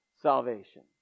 salvation